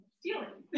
stealing